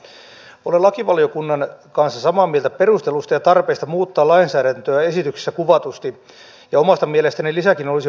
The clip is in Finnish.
olen lakivaliokunnan kanssa samaa mieltä perusteluista ja tarpeista muuttaa lainsäädäntöä esityksessä kuvatusti ja omasta mielestäni lisääkin olisi varaa tiukentaa